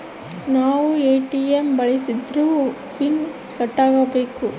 ನಾವ್ ಎ.ಟಿ.ಎಂ ಬಳ್ಸಿದ್ರು ಫೀ ಕಟ್ಬೇಕು